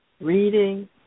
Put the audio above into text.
reading